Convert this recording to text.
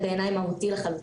בעיניי זה מהותי לחלוטין.